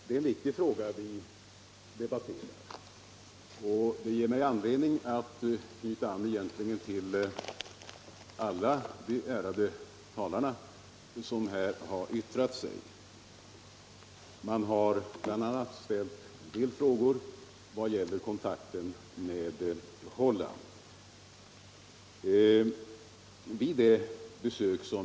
Herr talman! Det är en viktig fråga som vi nu debatterar, och jag har egentligen anledning att knyta an till vad samtliga talare här har sagt. Man har bl.a. ställt en del frågor som gäller kontakten med Holland.